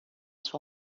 sua